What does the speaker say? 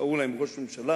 שבחרו להם ראש ממשלה